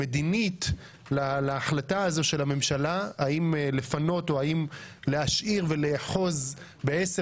מדינית להחלטה הזו של הממשלה האם לפנות או להשאיר ולאחוז בעשר